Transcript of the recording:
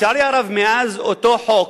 לצערי הרב, מאז אותו חוק,